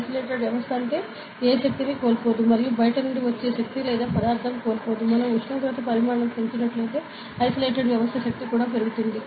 isolated వ్యవస్థ అంటే ఏ శక్తిని కోల్పోదు మరియు బయట నుండి వచ్చే శక్తి లేదా పదార్థం కోల్పోదు మనం ఉష్ణోగ్రత పరిమాణం పెంచినట్లయితే ఐసోలేటెడ్ వ్యవస్థ శక్తి కూడా పెరుగుతుంది